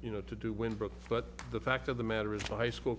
you know to do when but but the fact of the matter is high school